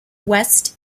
west